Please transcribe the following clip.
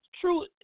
true